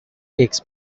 takes